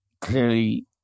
clearly